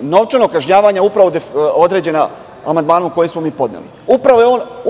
novčanog kažnjavanja upravo određena amandmanom koji smo mi podneli.